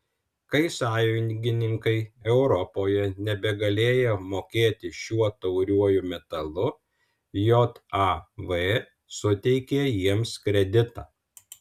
kai sąjungininkai europoje nebegalėjo mokėti šiuo tauriuoju metalu jav suteikė jiems kreditą